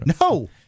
No